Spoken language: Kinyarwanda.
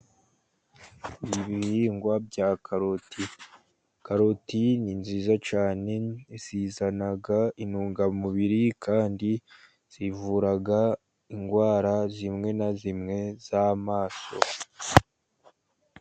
Ibihingwa bya karoti. Karoti ni nziza cyane zizana intungamubiri kandi zivura indwara zimwe na zimwe z'amaso.